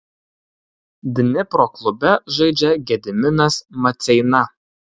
dnipro klube žaidžia gediminas maceina